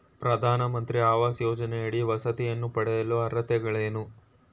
ಪ್ರಧಾನಮಂತ್ರಿ ಆವಾಸ್ ಯೋಜನೆಯಡಿ ವಸತಿಯನ್ನು ಪಡೆಯಲು ಅರ್ಹತೆಗಳೇನು?